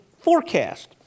forecast